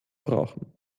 brauchen